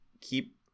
keep